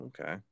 okay